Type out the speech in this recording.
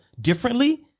differently